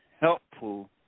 helpful